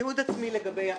תיעוד עצמי לגבי יחיד,